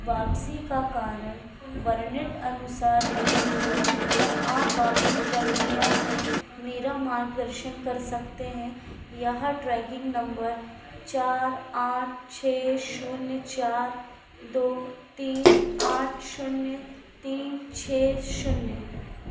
वापसी का कारण वर्णित अनुसार नहीं है क्या आप वापसी प्रक्रिया में मेरा मार्गदर्शन कर सकते हैं यहाँ ट्रेकिंग नम्बर चार आठ छः शून्य चार दो तीन आठ शून्य तीन छः शून्य